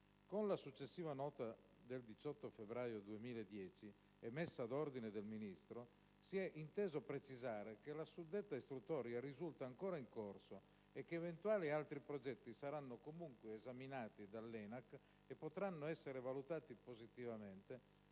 Con la successiva nota del 18 febbraio 2010, emessa d'ordine del Ministro, si è inteso precisare che la suddetta istruttoria risulta ancora in corso e che eventuali altri progetti saranno comunque esaminati dall'ENAC e potranno essere valutati positivamente,